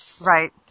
Right